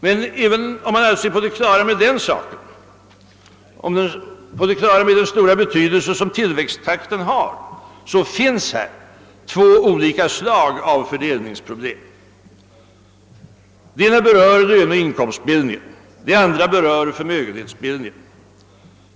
Men även om man alltså är på det klara med den saken och förstår den stora betydelse som tillväxttakten har, finns här två olika slag av fördelningsproblem. Det ena berör löneoch inkomstbildningen och det andra berör förmögenhetsbildningen.